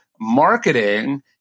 marketing